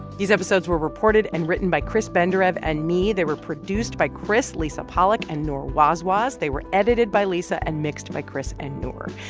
these episodes were reported and written by chris benderev and me. they were produced by chris, lisa pollak and noor wazwaz. they were edited by lisa and mixed by chris and noor.